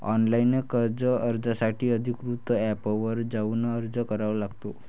online कर्ज अर्जासाठी अधिकृत एपवर जाऊन अर्ज करावा लागतो